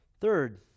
Third